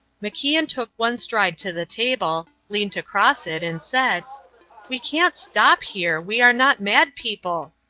macian took one stride to the table, leant across it, and said we can't stop here, we're not mad people!